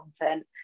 content